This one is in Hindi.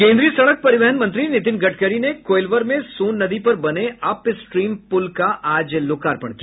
केन्द्रीय सड़क परिवहन मंत्री नितिन गडकरी ने कोईलवर में सोन नदी पर बने अप स्ट्रीम पुल का आज लोकार्पण किया